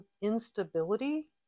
Instability